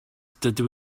dydw